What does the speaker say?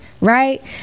right